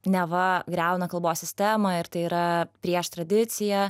neva griauna kalbos sistemą ir tai yra prieš tradiciją